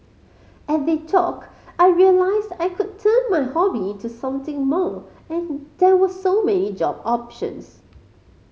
at the talk I realised I could turn my hobby into something more and there were so many job options